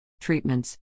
Treatments